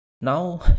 Now